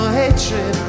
hatred